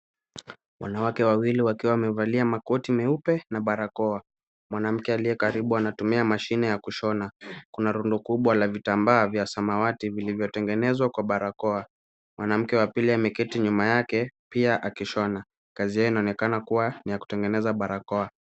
Wanawake wawili wakiwa wamevalia makoti meupe na barakoa. Mwanamke aliye karibu anatumia mashine ya kushona. Kuna rundo kubwa la vitambaa vya samawati vilivyotengenezwa kwa barakoa. Mwanamke wa pili ameketi nyuma yake, pia akishona. Kazi yao inaonekana kuwa ya kutengeneza barakoa.